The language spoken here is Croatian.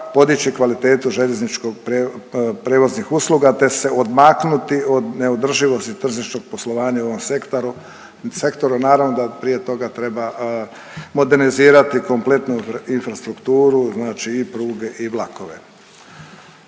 podići kvalitetu željezničkih prijevoznih usluga, te se odmaknuti od neodrživosti tržišnog poslovanja u ovom sektoru. Naravno da prije toga treba modernizirati kompletnu infrastrukturu, znači i pruge i vlakove.